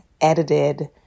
edited